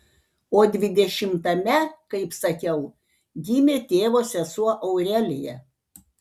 o dvidešimtame kaip sakiau gimė tėvo sesuo aurelija